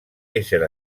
ésser